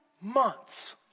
months